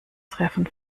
treffen